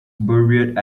buried